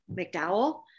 McDowell